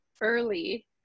early